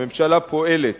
הממשלה פועלת